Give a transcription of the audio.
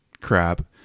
crap